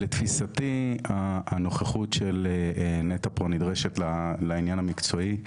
לתפיסתי הנוכחות של נת"ע פה נדרשת לעניין המקצועי,